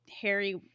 Harry